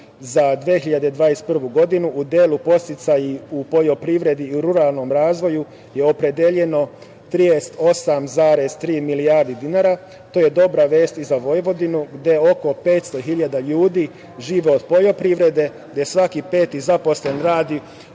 za 2021. godinu u delu podsticaju u poljoprivredi i u ruralnom razvoju je opredeljeno 38,3 milijardi dinara. To je dobra vesti i za Vojvodinu gde oko 500.000 ljudi žive od poljoprivrede, gde svaki peti zaposleni radi